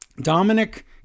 Dominic